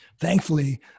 Thankfully